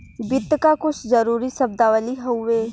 वित्त क कुछ जरूरी शब्दावली हउवे